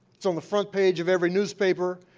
it's on the front page of every newspaper.